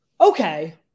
okay